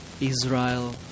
Israel